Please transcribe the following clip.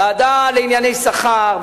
ועדה לענייני שכר,